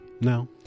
no